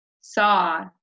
saw